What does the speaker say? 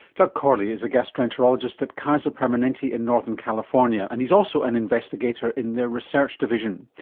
doug corley is a gastroenterologist at kaiser permanente in northern california and he is also an investigator in their research division.